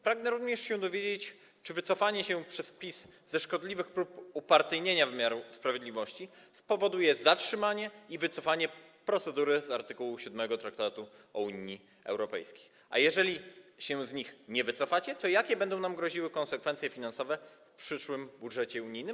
Pragnę również się dowiedzieć, czy wycofanie się PiS ze szkodliwych prób upartyjnienia wymiaru sprawiedliwości spowoduje zatrzymanie i wycofanie procedury z art. 7 traktatu o Unii Europejskiej, a jeżeli się z nich nie wycofacie, to jakie będą nam groziły konsekwencje finansowe w przyszłym budżecie unijnym.